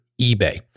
eBay